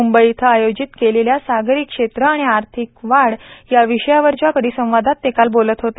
म्ंबई इथं आयोजित केलेल्या सागरी क्षेत्र आणि आर्थिक वाढ या विषयावरच्या परिसंवादात ते काल बोलत होते